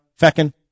Feckin